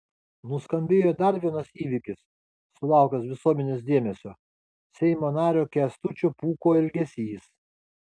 nuskambėjo dar vienas įvykis sulaukęs visuomenės dėmesio seimo nario kęstučio pūko elgesys